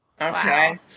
Okay